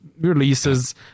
releases